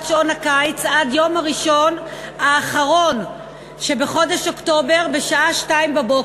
שעון הקיץ עד יום ראשון האחרון שבחודש אוקטובר בשעה 02:00,